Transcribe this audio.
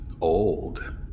old